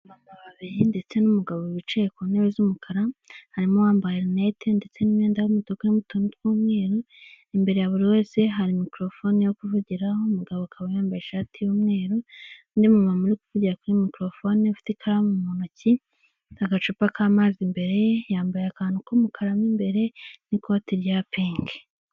Abamama babiri ndetse n'umugabo bicaye ku ntebe z'umukara, harimo uwambaye linete ndetse n'imyenda y'umutuku irimo utuntu tw'umweru, imbere ya buri wese hari mikorofoni yo kuvugiraho, umugabo akaba yambaye ishati y'umweru, undi mu mama uri kuvugira kuri mikorofone ufite ikaramu mu ntoki ufite agacupa k'amazi imbere ye, yambaye akantu k'umukara mo imbere n'ikoti rya pinki.